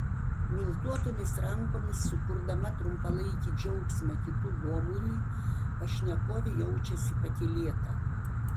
miltuotomis rankomis sukurdama trumpalaikį džiaugsmą kitų gomuriui pašnekovė jaučiasi pakylėta